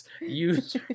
use